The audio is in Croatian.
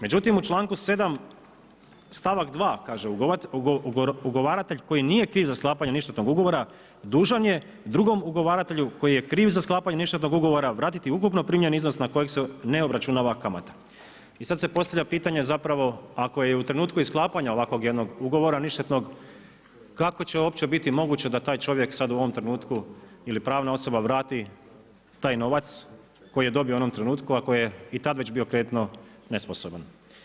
Međutim u članku 7. stavak 2. kaže: „Ugovaratelj koji nije kriv za sklapanje ništetnog ugovora dužan je drugom ugovaratelju koji je kriv za sklapanje ništetnog ugovora vratiti ukupno primljeni iznos na kojeg se ne obračunava kamata.“ I sad se postavlja pitanje zapravo ako je u trenutku i sklapanja ovakvog jednog ugovora ništetnog kako će uopće biti moguće da taj čovjek sad u ovom trenutku ili pravna osoba vrati taj novac koji je dobio u onom trenutku ako je već i tad bio kreditno nesposoban.